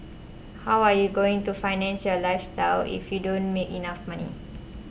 how are you going to finance your lifestyle if you don't make enough money